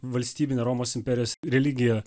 valstybine romos imperijos religija